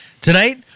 Tonight